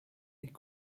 est